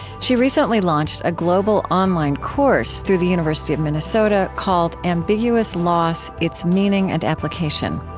she recently launched a global online course through the university of minnesota called ambiguous loss its meaning and application.